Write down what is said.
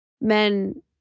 men